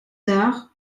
tard